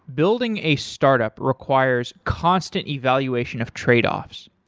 building a startup requires constant evaluation of trade-offs.